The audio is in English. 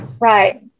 Right